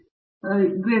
ಪ್ರತಾಪ್ ಹರಿಡೋಸ್ ಗ್ರೇಟ್